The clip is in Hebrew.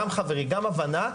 גם חברי וגם הגנה.